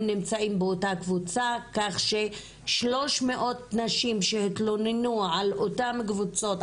נמצאים באותה קבוצה כך ש-300 נשים שהתלוננו על אותן קבוצות,